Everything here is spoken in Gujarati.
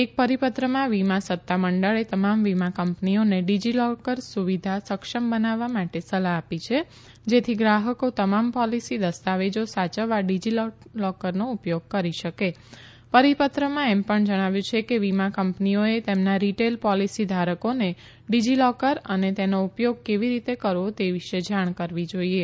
એક પરિપત્રમાં વીમા સત્તામંડળે તમામ વીમા કંપનીઓને ડિજિલોકર સુવિધા સક્ષમ બનાવવા માટે સલાહ આપી છે જેથી ગ્રાહકો તમામ પોલીસી દસ્તાવેજો સાયવવા ડિજિલોકરનો ઉપયોગ કરી શકે પરિપત્રમાં એમ પણ જણાવ્યું છે કે વીમા કંપનીઓએ તેમના રિટેલ પોલિસી ધારકોને ડિજિલોકર અને તેનો ઉપયોગ કેવી રીતે કરવો તે વિશે જાણ કરવી જોઈએ